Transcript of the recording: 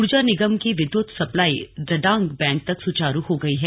ऊर्जा निगम की विद्युत सप्लाई रडांग बैंड तक सुचारू हो गई है